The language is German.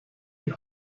die